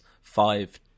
five